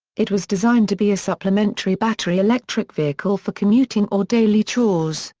it was designed to be a supplementary battery electric vehicle for commuting or daily chores,